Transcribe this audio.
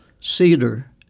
Cedar